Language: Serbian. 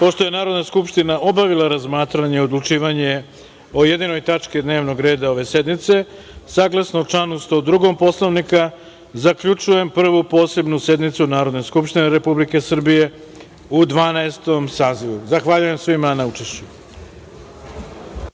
pošto je Narodna skupština obavila razmatranje i odlučivanje o jedinoj tački dnevnog reda ove sednice, saglasno članu 102. Poslovnika zaključujem Prvu posebnu sednicu Narodne skupštine Republike Srbije u Dvanaestom sazivu. Zahvaljujem svima na učešću.